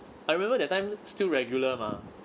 I remember that time still regular mah